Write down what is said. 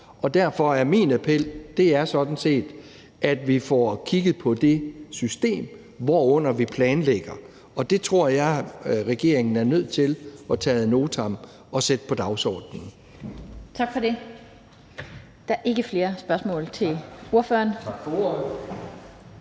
Derfor er min appel sådan set, at vi får kigget på det system, inden for hvilket vi planlægger. Det tror jeg regeringen er nødt til at tage ad notam og sætte på dagsordenen.